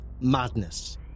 madness